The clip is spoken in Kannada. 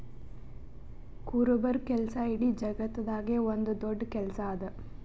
ಕುರುಬರ ಕೆಲಸ ಇಡೀ ಜಗತ್ತದಾಗೆ ಒಂದ್ ದೊಡ್ಡ ಕೆಲಸಾ ಅದಾ